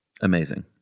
Amazing